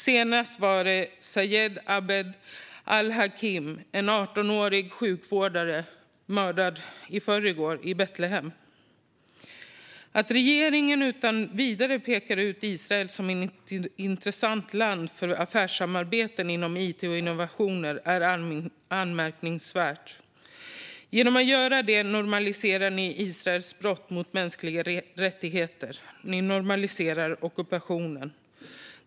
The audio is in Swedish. Senast var det Sajed Abed al-Hakim Mizher, en 18-årig sjukvårdare som mördades i Betlehem i förrgår. Att regeringen utan vidare pekar ut Israel som ett intressant land för affärssamarbeten inom it och innovationer är anmärkningsvärt. Genom att göra det normaliserar ni Israels brott mot mänskliga rättigheter, och ni normaliserar ockupationen.